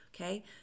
okay